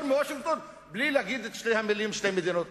שנתניהו יחזור מוושינגטון בלי להגיד את המלים "שתי מדינות